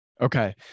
Okay